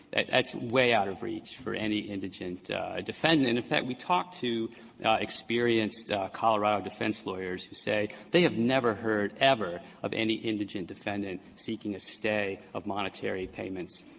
that's way out of reach for any indigent defendant. in fact, we talked to experienced colorado defense lawyers who say they have never heard ever of any indigent defendant seeking a stay of monetary payments